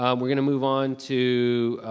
um we're going to move on to